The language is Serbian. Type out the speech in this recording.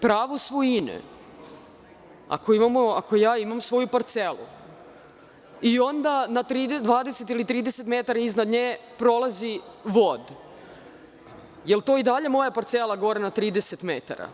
Pravo svojine, ako ja imam svoju parcelu i onda na 20 ili 30 metara iznad nje prolazi vod, jel to i dalje moja parcela gore na 30 metara?